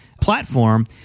platform